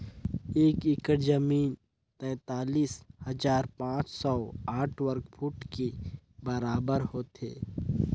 एक एकड़ जमीन तैंतालीस हजार पांच सौ साठ वर्ग फुट के बराबर होथे